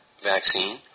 vaccine